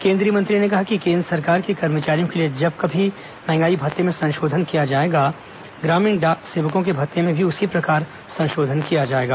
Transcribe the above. केंद्रीय मंत्री ने कहा कि केन्द्र सरकार के कर्मचारियों के लिए जब कभी महंगाई भते में संशोधन किया जाएगा ग्रामीण डाक सेवकों के भत्ते में भी उसी प्रकार संशोधन किया जाएगा